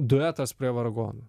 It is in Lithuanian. duetas prie vargonų